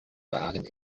waren